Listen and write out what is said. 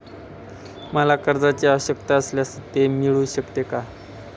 मला कर्जांची आवश्यकता असल्यास ते मिळू शकते का?